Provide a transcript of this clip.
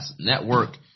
Network